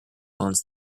owns